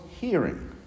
hearing